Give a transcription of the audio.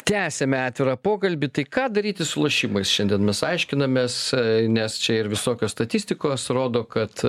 tęsiame atvirą pokalbį tai ką daryti su lošimais šiandien mes aiškinamės nes čia ir visokios statistikos rodo kad